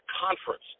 conference